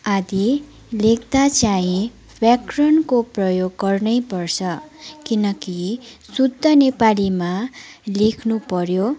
आदि लेख्दा चाहिँ व्याकरणको प्रयोग गर्नै पर्छ किनकि शुद्ध नेपालीमा लेख्नु पऱ्यो